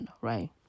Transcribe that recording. right